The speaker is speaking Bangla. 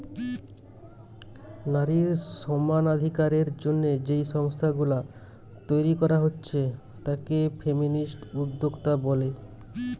নারী সমানাধিকারের জন্যে যেই সংস্থা গুলা তইরি কোরা হচ্ছে তাকে ফেমিনিস্ট উদ্যোক্তা বলে